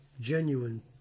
genuine